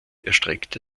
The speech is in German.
erstreckte